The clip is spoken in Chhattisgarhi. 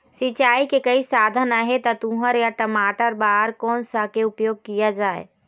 सिचाई के कई साधन आहे ता तुंहर या टमाटर बार कोन सा के उपयोग किए जाए?